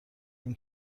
این